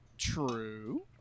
True